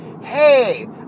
hey